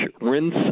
Rinse